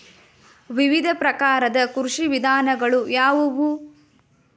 ವಿವಿಧ ಪ್ರಕಾರದ ಕೃಷಿ ವಿಧಾನಗಳು ಯಾವುವು?